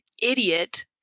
idiot